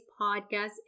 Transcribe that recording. podcast